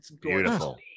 Beautiful